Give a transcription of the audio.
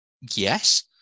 Yes